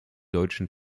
deutschen